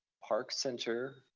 park center,